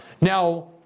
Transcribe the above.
Now